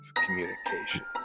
communication